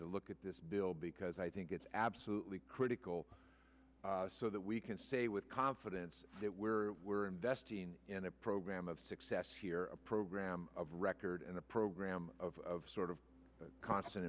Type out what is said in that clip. to look at this bill because i think it's absolutely critical so that we can say with confidence that we're we're investing in a program of success here a program of record and a program of sort of constant